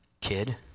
kid